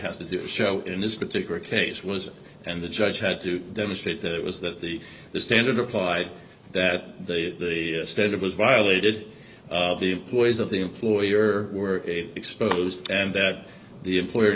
has to do show in this particular case was and the judge had to demonstrate that it was that the standard applied that standard was violated the employees of the employer were exposed and that the employer